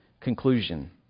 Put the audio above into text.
conclusion